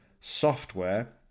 software